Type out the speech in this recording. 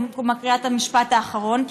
אני מקריאה את המשפט האחרון,